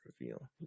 reveal